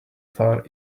far